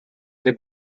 they